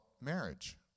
marriage